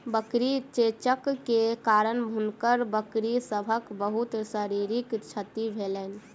बकरी चेचक के कारण हुनकर बकरी सभक बहुत शारीरिक क्षति भेलैन